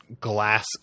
glass